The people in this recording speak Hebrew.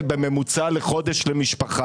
שקלים עד 1,000 שקלים בממוצע לחודש למשפחה.